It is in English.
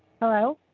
hello?